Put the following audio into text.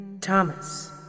Thomas